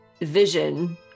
vision